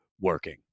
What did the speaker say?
working